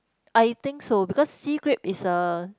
I think so because sea grape is a